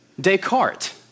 Descartes